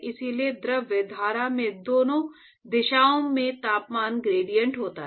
इसलिए द्रव धारा में दोनों दिशाओं में तापमान ग्रेडिएंट होता है